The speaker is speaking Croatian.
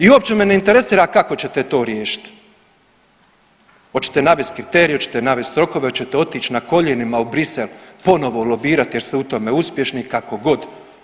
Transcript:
I uopće me ne interesira kako ćete to riješiti, hoćete navesti kriterije, hoćete navesti rokove, hoćete otići na koljenima u Bruxelles ponovo lobirati jer ste u tome uspješni kako god.